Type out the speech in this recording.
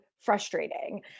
frustrating